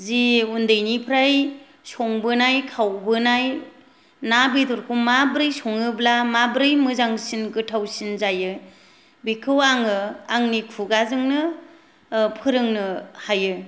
जि उन्दैनिफ्राय संबोनाय खावबोनाय ना बेदरखौ माबोरै संयोब्ला माबोरै मोजांसिन गोथावसिन जायो बेखौ आङो आंनि खुगाजोंनो फोरोंनो हायो